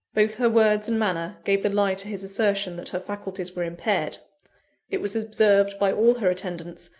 both her words and manner gave the lie to his assertion that her faculties were impaired it was observed by all her attendants,